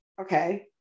Okay